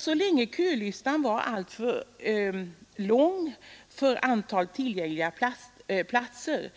Så länge kölistan upptar flera namn än antalet tillgängliga platser